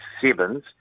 sevens